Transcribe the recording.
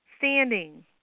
standing